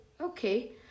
Okay